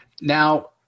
Now